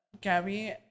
Gabby